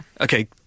okay